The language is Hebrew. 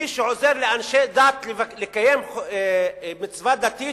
מי שעוזר לאנשי דת לקיים מצווה דתית,